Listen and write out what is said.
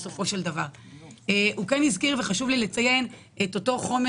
דובר פה על חומר